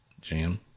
jam